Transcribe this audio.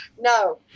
No